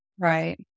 Right